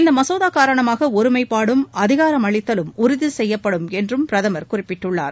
இந்த மசோதா காரணமாக ஒருமைப்பாடும் அதிகாரமளித்தலும் உறுதி செய்யப்படும் என்று பிரதம் குறிப்பிட்டுள்ளார்